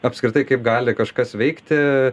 apskritai kaip gali kažkas veikti